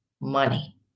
money